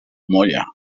molla